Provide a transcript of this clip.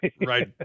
Right